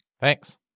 Thanks